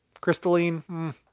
crystalline